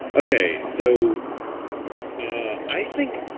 ok. so i think.